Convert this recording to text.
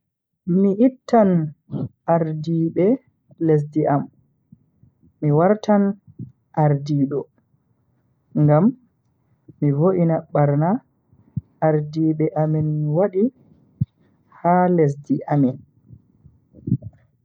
Mi ittan ardiibe lesdi am mi warta ardiido ngam mi voina barna ardiibe amin wadi ha lesdi amin.